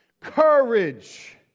courage